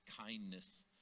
kindness